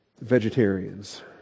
vegetarians